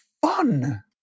fun